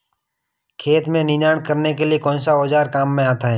खेत में निनाण करने के लिए कौनसा औज़ार काम में आता है?